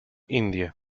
india